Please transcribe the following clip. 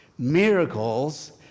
miracles